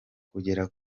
kugera